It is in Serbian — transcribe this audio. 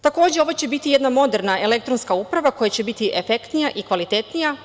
Takođe, ovo će biti jedna moderna elektronska uprava koja će biti efektnija i kvalitetnija.